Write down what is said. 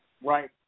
Right